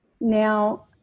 now